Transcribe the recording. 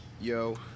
Yo